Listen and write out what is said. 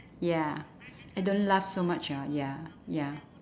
ya eh don't laugh so much ah ya ya